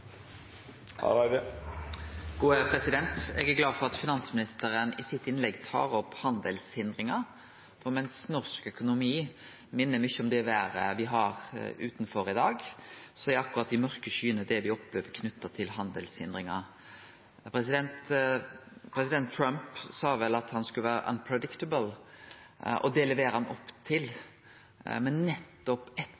Eg er glad for at finansministeren i innlegget sitt tar opp handelshindringar, for mens norsk økonomi minner mykje om det vêret me har utanfor i dag, er dei mørke skyene akkurat det me opplever knytt til handelshindringar. President Trump sa at han skulle vere «unpredictable», og det lever han opp